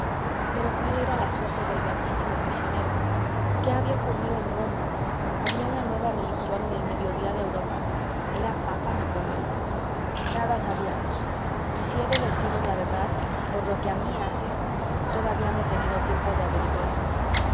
pero cuál era la suerte del beatísimo prisionero qué había ocurrido en roma había una nueva religión en el mediodía de europa era papa napoleón nada sabíamos y si he de deciros la verdad por lo que a mí hace todavía no he tenido tiempo de averiguarlo